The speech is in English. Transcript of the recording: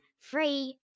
free